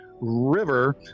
river